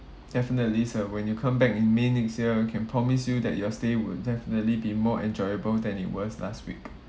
definitely sir when you come back in may next year we can promise you that your stay will definitely be more enjoyable than it was last week